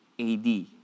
AD